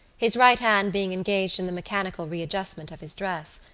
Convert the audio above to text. his right hand being engaged in the mechanical readjustment of his dress.